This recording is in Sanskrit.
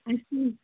अस्तु